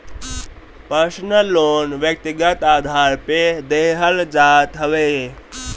personal loan व्यक्तिगत आधार पे देहल जात हवे